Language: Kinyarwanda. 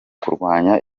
kurwanya